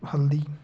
हल्दी